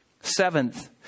Seventh